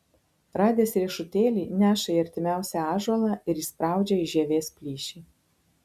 radęs riešutėlį neša į artimiausią ąžuolą ir įspraudžia į žievės plyšį